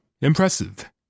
impressive